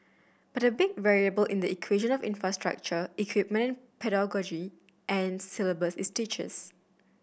but big variable in the infrastructure equipment pedagogy and syllabus is teachers